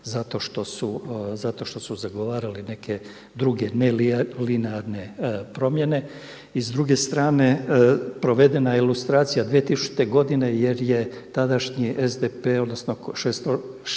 zato što su zagovarali neke druge nelinearne promjene. I s druge strane provedena je lustracija 2000. godine jer je tadašnji SDP odnosno